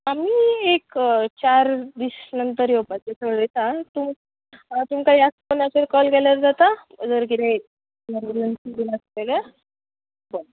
आमी एक चार दीस नंतर येवपाचें थरयतां तुम तुमकां ह्याच फोनाचेर कॉल केल्यार जाता जर कितेंय इमर्जंसी बी आसा जाल्यार बरें बरें